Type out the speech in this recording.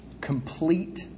complete